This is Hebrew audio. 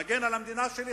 אני מגן על המדינה שלי,